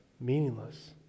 meaningless